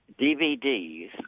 DVDs